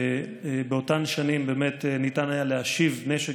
באותן שנים באמת ניתן היה להשיב נשק